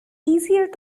easier